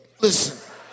listen